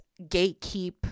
gatekeep